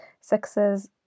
sixes